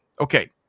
Okay